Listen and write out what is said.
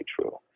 true